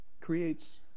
creates